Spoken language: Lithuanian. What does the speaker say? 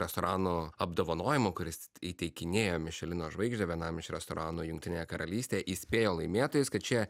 restorano apdovanojimo kuris įteikinėjo mišelino žvaigždę vienam iš restorano jungtinėje karalystė įspėjo laimėtojus kad čia